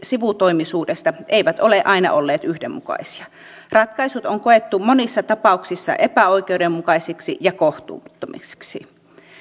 sivutoimisuudesta eivät ole aina olleet yhdenmukaisia ratkaisut on koettu monissa tapauksissa epäoikeudenmukaisiksi ja kohtuuttomiksi